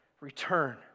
return